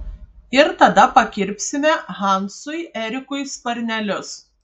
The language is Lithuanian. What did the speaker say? ir tada pakirpsime hansui erikui sparnelius